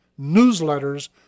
newsletters